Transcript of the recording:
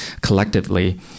collectively